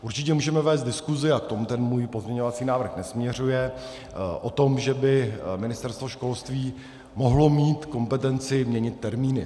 Určitě můžeme vést diskusi a k tomu ten můj pozměňovací návrh nesměřuje o tom, že by Ministerstvo školství mohlo mít kompetenci měnit termíny.